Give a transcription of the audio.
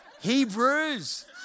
Hebrews